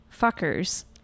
fuckers